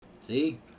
See